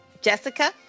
Jessica